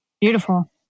Beautiful